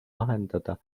lahendada